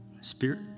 Spirit